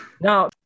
Now